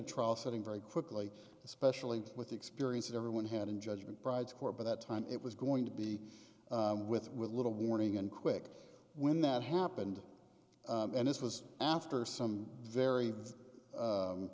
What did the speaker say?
to trial setting very quickly especially with the experience that everyone had in judgment pride court by that time it was going to be with with little warning and quick when that happened and it was after some very